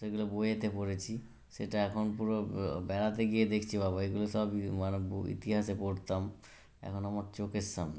সেইগুলো বইয়েতে পড়েছি সেটা এখন পুরো বেড়াতে গিয়ে দেখছি বাবা এগুলো সবই মানে ব ইতিহাসে পড়তাম এখন আমার চোখের সামনে